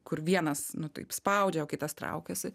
kur vienas nu taip spaudžia o kitas traukiasi